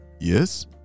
Yes